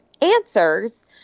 answers